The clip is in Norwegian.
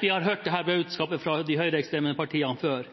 Vi har hørt dette budskapet fra de høyreekstreme partiene før,